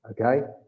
okay